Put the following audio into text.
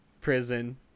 prison